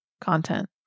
content